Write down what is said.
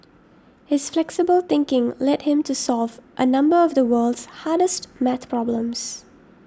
his flexible thinking led him to solve a number of the world's hardest math problems